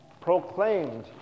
proclaimed